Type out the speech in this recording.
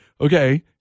Okay